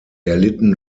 erlitten